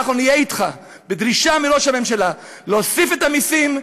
אנחנו נהיה אתך בדרישה מראש הממשלה להוסיף את המסים,